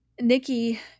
Nikki